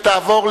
התשס"ט 2009,